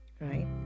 Right